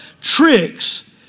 tricks